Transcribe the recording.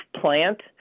plant